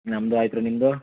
ನಮ್ಮದು ಆಯ್ತು ರಿ ನಿಮ್ಮದು